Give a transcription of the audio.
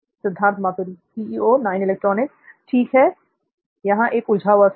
सिद्धार्थ मातुरी ठीक है या एक उलझा हुआ सैम